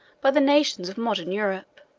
by the nations of modern europe